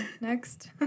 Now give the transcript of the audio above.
next